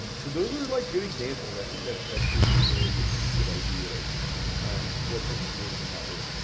and so those are like good examples. i think that that gives people really a pretty good idea of what tends to work and not work.